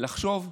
לחשוב כחול,